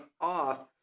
off